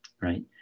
Right